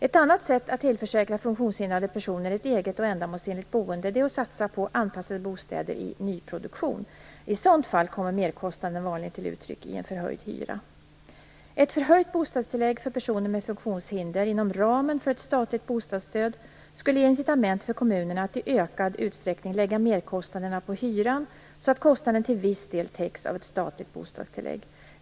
Ett annat sätt att tillförsäkra funktionshindrade personer ett eget och ändamålsenligt boende är att satsa på anpassade bostäder i nyproduktion. I ett sådant fall kommer merkostnaden vanligen till uttryck i en förhöjd hyra. Ett förhöjt bostadstillägg för personer med funktionshinder inom ramen för ett statligt bostadsstöd skulle ge incitament för kommunerna att i ökad utsträckning lägga merkostnaderna på hyran så att kostnaden till viss del täcks av ett statligt bostadstillägg.